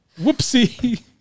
Whoopsie